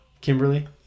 Kimberly